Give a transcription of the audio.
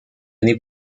n’est